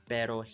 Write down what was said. Pero